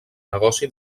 negoci